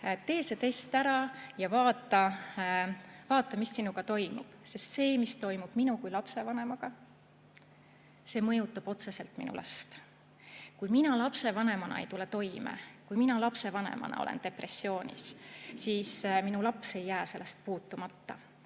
Tee see test ära ja vaata, mis sinuga toimub. Sest see, mis toimub minu kui lapsevanemaga, mõjutab otseselt minu last. Kui mina lapsevanemana ei tule toime, kui mina lapsevanemana olen depressioonis, siis minu laps ei jää sellest puutumata.